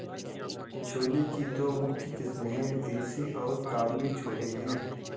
छोले की दो मुख्य किस्में है, देसी और काबुली छोले हैं